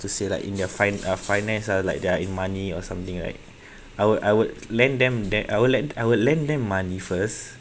to say like in their fin~ uh finance ah like they're in money or something like I would I would lend them that I would lend I would lend them money first